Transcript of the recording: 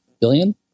billion